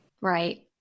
Right